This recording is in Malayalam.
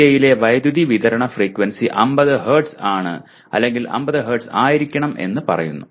ഇന്ത്യയിലെ വൈദ്യുതി വിതരണ ഫ്രീക്വൻസി 50 ഹെർട്സ് ആണ് അല്ലെങ്കിൽ 50 ഹെർട്സ് ആയിരിക്കണം എന്ന് പറയുന്നു